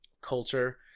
culture